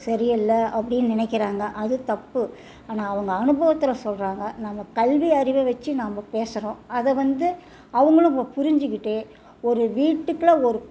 சரி இல்லை அப்படின் நினைக்கிறாங்க அது தப்பு ஆனால் அவங்க அனுபவத்தில் சொல்கிறாங்க நம்ம கல்வி அறிவை வச்சு நாம் பேசுறோம் அதை வந்து அவங்களும் புரிஞ்சுக்கிட்டு ஒரு வீட்டுக்குள்ளே ஒரு